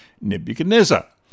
Nebuchadnezzar